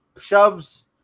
shoves